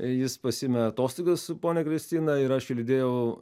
jis pasiėmė atostogas su ponia kristina ir aš jį lydėjau